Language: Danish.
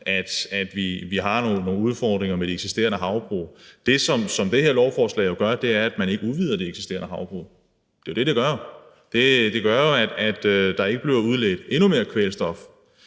at vi har nogle udfordringer med de eksisterende havbrug. Det, som det her lovforslag medfører, er, at man ikke udvider de eksisterende havbrug. Det er jo det, det medfører. Det medfører jo, at der ikke bliver udledt endnu mere kvælstof.